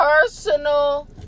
personal